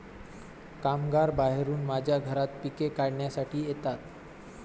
कामगार बाहेरून माझ्या घरात पिके काढण्यासाठी येतात